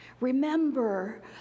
Remember